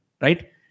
Right